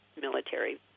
military